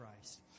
Christ